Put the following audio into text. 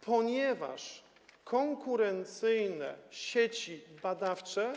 ponieważ konkurencyjne sieci badawcze,